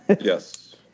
Yes